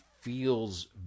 feels